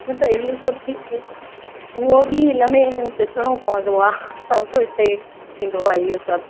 न त इहो सभु बि त उहो बि हिन में ॾिसणो पवंदो आहे सभु हिते थींदो आहे इहो सभु